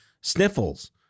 sniffles